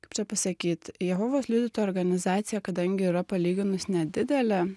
kaip čia pasakyt jehovos liudytojų organizacija kadangi yra palyginus nedidelė